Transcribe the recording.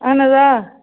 اَہَن حظ آ